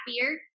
happier